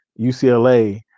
UCLA